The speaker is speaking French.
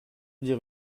dire